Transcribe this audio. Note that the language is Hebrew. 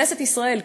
כנסת ישראל,